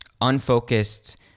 unfocused